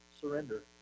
surrender